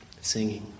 singing